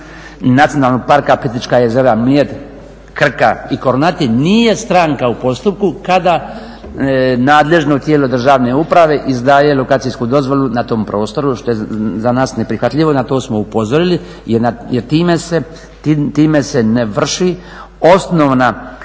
Nacionalnog parka Plitvičke jezera, Mljet, Krka i Kornati nije stranka u postupku kada nadležno tijelo državne uprave izdaje lokacijsku dozvolu na tom prostoru što je za nas neprihvatljivo, na to smo upozorili jer time se ne vrši osnovna